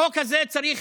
החוק הזה צריך,